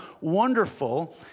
wonderful